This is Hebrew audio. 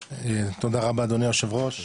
הצגת מצגת שלום, תודה רבה אדוני היושב ראש,